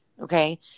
Okay